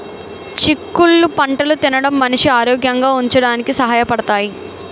చిక్కుళ్ళు పంటలు తినడం మనిషి ఆరోగ్యంగా ఉంచడానికి సహాయ పడతాయి